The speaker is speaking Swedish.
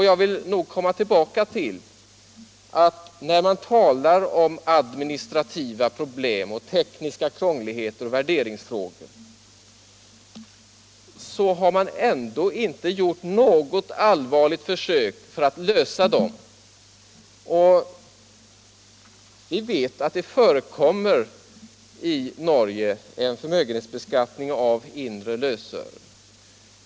Jag vill komma tillbaka till att när man talar om administrativa problem, tekniska krångligheter och värderingsfrågor, så har man ändå inte gjort något allvarligt försök att lösa problemen. Vi vet att det i Norge förekommer en förmögenhetsbeskattning av inre lösöre.